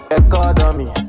economy